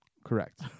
Correct